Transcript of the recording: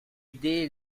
idee